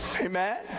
Amen